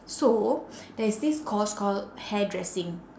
so there is this course called hairdressing